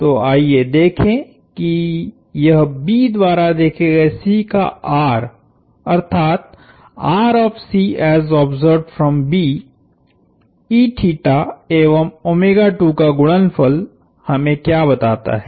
तो आइए देखें कि यह B द्वारा देखे गए C का r अर्थात rCB एवं का गुणनफल हमें क्या बताता है